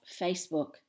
Facebook